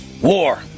War